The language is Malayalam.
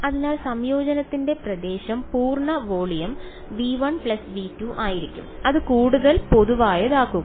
അതിനാൽ സംയോജനത്തിന്റെ പ്രദേശം പൂർണ്ണ വോളിയം V1 V2 ആയിരിക്കും അത് കൂടുതൽ പൊതുവായതാക്കുന്നു